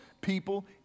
people